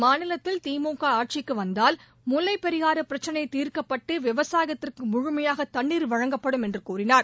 மாநிலத்தில் திமுக ஆட்சிக்கு வந்தால் முல்வைப் பெரியாறு பிரச்சனை தீர்க்கப்பட்டு விவசாயத்திற்கு முழுமையாக தண்ணீர் வழங்கப்படும் என்று கூறினார்